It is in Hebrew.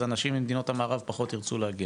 אנשים ממדינות המערב פחות ירצו להגיע?